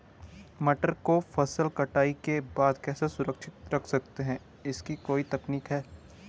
मटर को फसल कटाई के बाद कैसे सुरक्षित रख सकते हैं इसकी कोई तकनीक है?